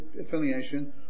affiliation